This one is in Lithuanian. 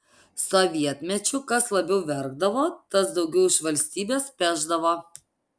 sovietmečiu kas labiau verkdavo tas daugiau iš valstybės pešdavo